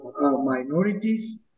minorities